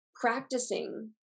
practicing